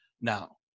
Now